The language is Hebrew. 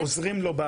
עוזרים לו,